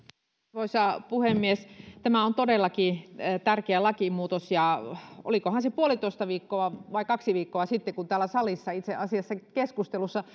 arvoisa puhemies tämä on todellakin tärkeä lakimuutos ja olikohan se puolitoista viikkoa vai kaksi viikkoa sitten kun täällä salissa itse asiassa keskustelussa